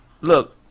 Look